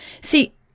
See